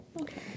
okay